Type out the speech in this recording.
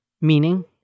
Meaning